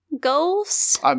Goals